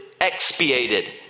expiated